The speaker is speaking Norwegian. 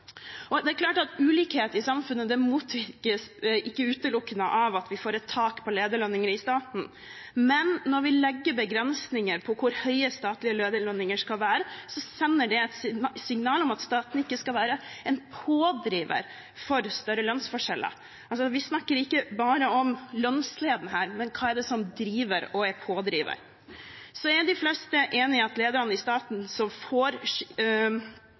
Ulikhet i samfunnet motvirkes ikke utelukkende av at vi får et tak for lederlønninger i staten, men når vi legger begrensninger på hvor høye statlige lederlønninger skal være, sender det et signal om at staten ikke skal være en pådriver for større lønnsforskjeller. Vi snakker ikke bare om det lønnsledende her, men om hva det er som driver og er pådriver. De fleste er enig i at ledere i staten som får